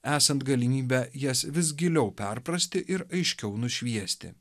esant galimybę jas vis giliau perprasti ir aiškiau nušviesti